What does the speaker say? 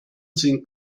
sind